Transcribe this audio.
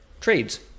trades